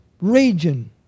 region